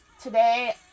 today